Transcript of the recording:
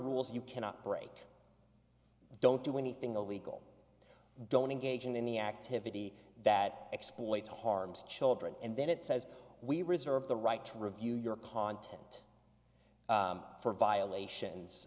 rules you cannot break don't do anything illegal don't engage in any activity that exploits harms children and then it says we reserve the right to review your content for